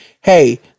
hey